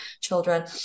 children